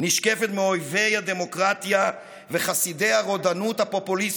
נשקפת מאויבי הדמוקרטיה וחסידי הרודנות הפופוליסטית.